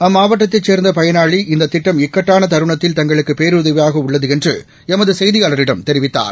அம்மாவட்டத்தைச் சேர்ந்த ச பயனாளிகள் இந்த திட்டம் இக்கட்டான தருணத்தில் தங்களுக்கு பேருதவியாக உள்ளது என்று எமது செய்தியாளரிடம் தெரிவித்தனர்